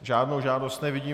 Žádnou žádost nevidím.